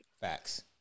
Facts